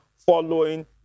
following